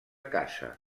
caça